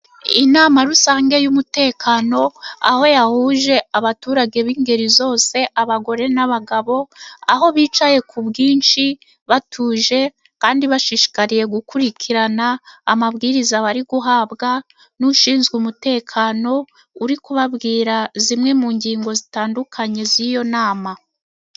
Inama rusange y'umutekano, aho yahuje abaturage b'ingeri zose abagore n'abagabo, aho bicaye ku bwinshi batuje, kandi bashishikariye gukurikirana amabwiriza bari guhabwa n'ushinzwe umutekano, uri kubabwira zimwe mu ngingo zitandukanye z'iyo nama.